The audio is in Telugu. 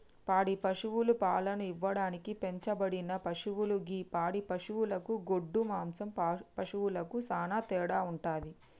పాడి పశువులు పాలను ఇవ్వడానికి పెంచబడిన పశువులు గి పాడి పశువులకు గొడ్డు మాంసం పశువులకు సానా తేడా వుంటది